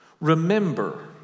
Remember